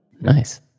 nice